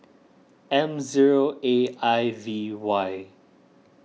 M zero A I V Y